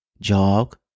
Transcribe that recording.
Jog